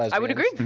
i would agree,